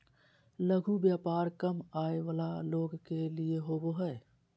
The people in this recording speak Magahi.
लघु व्यापार कम आय वला लोग के लिए होबो हइ